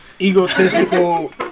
Egotistical